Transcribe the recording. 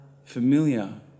familiar